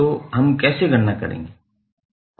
तो हम कैसे गणना करेंगे